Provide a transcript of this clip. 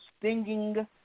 stinging